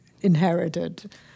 inherited